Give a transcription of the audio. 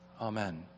Amen